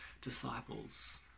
disciples